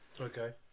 Okay